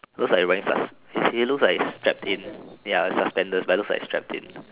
looks he is wearing he he looks like he is strapped in like suspenders but ya looks like he's strapped in